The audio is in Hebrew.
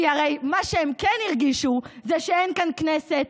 כי הרי מה שהם כן הרגישו זה שאין כאן כנסת,